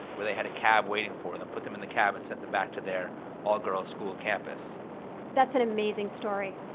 where they had a cab waiting for them. they put them in the cab and sent them back to their all-girls school campus that's an amazing story.